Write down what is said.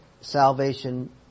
salvation